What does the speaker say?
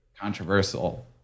controversial